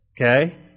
okay